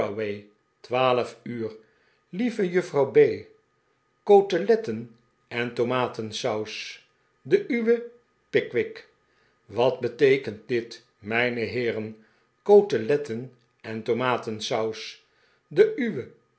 twaalf uur lieve juffrouw b koteletten en tomaten saus de uwe pickwick wat beteekent dit mijne heeren koteletten en tomaten saus de